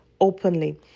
openly